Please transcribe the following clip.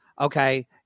Okay